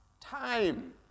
time